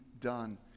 done